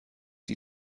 die